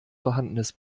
vorhandenes